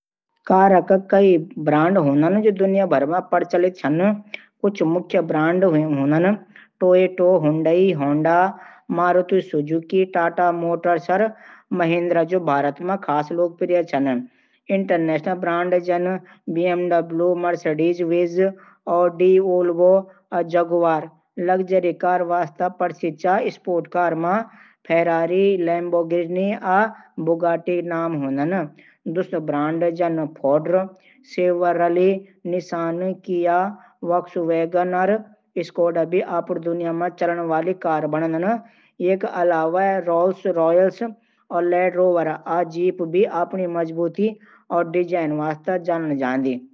कार के कई ब्रांड ह्वेन, जौं दुनिया भर मा प्रचलित च। कुछ मुख्य ब्रांड ह्वेन Toyota, Hyundai, Honda, Maruti Suzuki, Tata Motors, आ महिंद्रा, जौं भारत मा खास लोकप्रिय च। इंटरनेशनल ब्रांड जैंसे बीएमडब्ल्यू, मर्सिडीज-बेंज, ऑडी, वोल्वो, आ जगुआर लग्जरी कार वास्ता प्रसिद्ध च। स्पोर्ट्स कार मा फेरारी, लैम्बॉर्गिनी, आ बुगाटी के नाम प्रमुख ह्वेन। दूसर ब्रांड जैंसे Ford, Chevrolet, Nissan, Kia, Volkswagen, आ स्कोडा भी आपड़ दुनियाभर मा चलण वाली कार बणण। यक अलावा रोल्स-रॉयस, लैंड रोवर, आ जीप भी आपणी मजबूती और डिजाइन वास्ता जानल जांद।